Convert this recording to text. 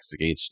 HD